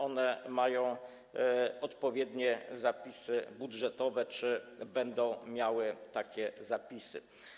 One mają odpowiednie zapisy budżetowe czy będą miały takie zapisy.